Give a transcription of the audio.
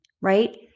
right